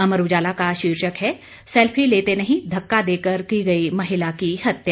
अमर उजाला का शीर्षक है सेल्फी लेते नहीं धक्का देकर की गई महिला की हत्या